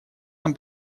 нам